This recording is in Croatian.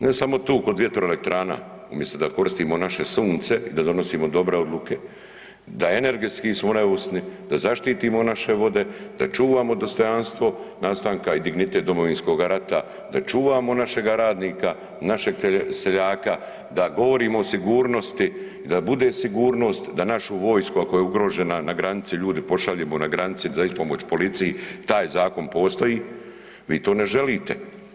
Ne samo tu kod vjetroelektrana, umjesto da koristimo naše sunce i da donosimo dobre odluke da energetski smo neovisni, da zaštitimo naše vode, da čuvamo dostojanstvo nastanka i dignitet Domovinskog rata, da čuvamo našega radnika, našeg seljaka, da govorimo o sigurnosti i da bude sigurnost, da našu vojsku ako je ugrožena na granici ljude pošaljemo na granice za ispomoć policiji taj zakon postoji, vi to ne želite.